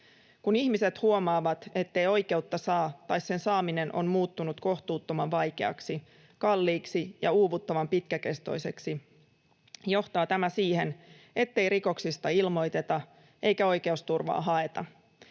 Kun ihmiset huomaavat, ettei oikeutta saa tai sen saaminen on muuttunut kohtuuttoman vaikeaksi, kalliiksi ja uuvuttavan pitkäkestoiseksi, johtaa tämä siihen, ettei rikoksista ilmoiteta eikä oikeusturvaa haeta.